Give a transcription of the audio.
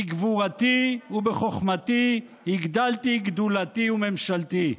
בגבורתי ובחוכמתי הגדלתי גדולתי וממשלתי.